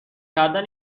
کردن